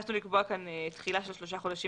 ביקשנו לקבוע כאן תחילה של שלוש החודשים